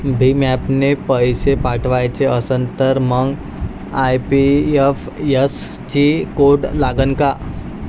भीम ॲपनं पैसे पाठवायचा असन तर मंग आय.एफ.एस.सी कोड लागनच काय?